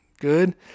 good